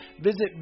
visit